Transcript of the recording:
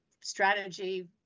strategy